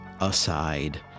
Aside